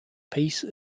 peace